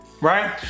right